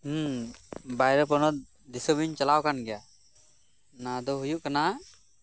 ᱦᱮᱸ ᱵᱟᱭᱨᱮ ᱯᱚᱱᱚᱛ ᱫᱤᱥᱚᱢᱮᱧ ᱪᱟᱞᱟᱣ ᱠᱟᱱ ᱜᱮᱭᱟ ᱚᱱᱟ ᱫᱚ ᱦᱩᱭᱩᱜ ᱠᱟᱱᱟ